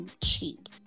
Cheap